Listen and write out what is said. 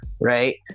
right